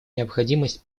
необходимость